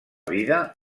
vida